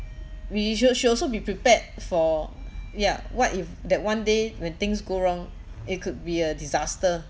we should should also be prepared for yeah what if that one day when things go wrong it could be a disaster